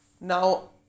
Now